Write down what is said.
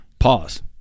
pause